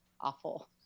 awful